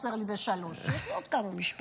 יש לי עוד כמה משפטים.